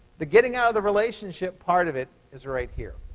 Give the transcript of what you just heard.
the getting out of the relationship part of it is right here.